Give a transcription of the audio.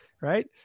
right